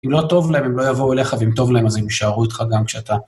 אם לא טוב להם, הם לא יבואו אליך, ואם טוב להם, אז הם יישארו איתך גם כשאתה...